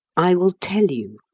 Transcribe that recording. i will tell you.